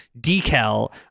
decal